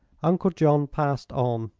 uncle john passed on.